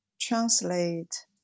translate